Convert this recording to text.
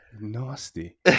Nasty